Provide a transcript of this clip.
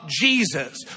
Jesus